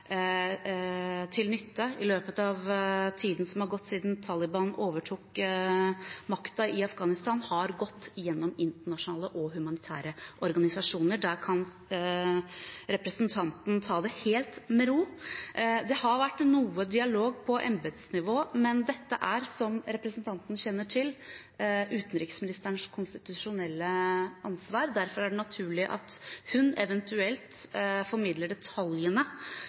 gått siden Taliban overtok makten i Afghanistan, har gått gjennom internasjonale og humanitære organisasjoner. Der kan representanten ta det helt med ro. Det har vært noe dialog på embetsnivå, men dette er, som representanten kjenner til, utenriksministerens konstitusjonelle ansvar. Derfor er det naturlig at hun eventuelt formidler detaljene